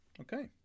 Okay